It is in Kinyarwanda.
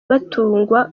batungwa